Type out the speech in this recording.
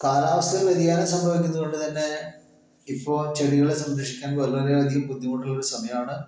കാലാവസ്ഥയിൽ വ്യതിയാനം സംഭവിക്കുന്നത് കൊണ്ട് തന്നെ ഇപ്പോൾ ചെടികളെ സംരക്ഷിക്കാൻ വളരെ അധികം ബുദ്ധിമുട്ടുള്ള ഒരു സമയമാണ്